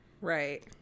right